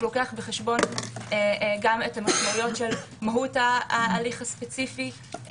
שלוקח בחשבון את המשמעויות של מהות ההליך הספציפי ,